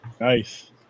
Nice